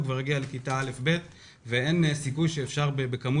הוא כבר יגיע לכיתה א'-ב' ואין סיכוי שאפשר במספר